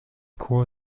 chor